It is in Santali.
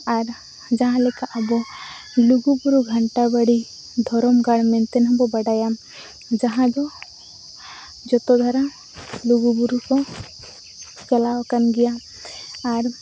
ᱟᱨ ᱡᱟᱦᱟᱸᱞᱮᱠᱟ ᱟᱵᱚ ᱞᱩᱜᱩ ᱵᱩᱨᱩ ᱜᱷᱟᱱᱴᱟ ᱵᱟᱲᱮ ᱫᱷᱚᱨᱚᱢ ᱜᱟᱲ ᱢᱮᱱᱛᱮᱦᱚᱸᱵᱚ ᱵᱟᱰᱟᱭᱟ ᱡᱟᱦᱟᱸᱫᱚ ᱡᱚᱛᱚ ᱫᱷᱟᱨᱟ ᱞᱩᱜᱩ ᱵᱩᱨᱩᱠᱚ ᱪᱟᱞᱟᱣ ᱟᱠᱟᱱ ᱜᱮᱭᱟ ᱟᱨ